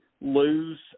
lose